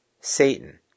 Satan